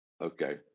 okay